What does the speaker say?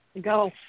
Go